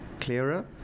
clearer